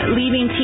leaving